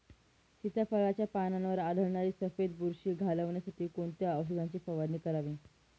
सीताफळाचे पानांवर आढळणारी सफेद बुरशी घालवण्यासाठी कोणत्या औषधांची फवारणी करावी?